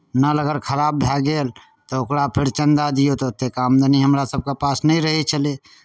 नल अगर खराब भए गेल तऽ ओकरा फेर चन्दा दियौ तऽ ओतेक आमदनी हमरासभके पास नहि रहै छलै